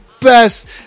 best